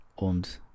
Und